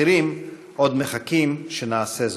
אחרים עוד מחכים שנעשה זאת.